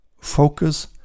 focus